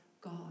God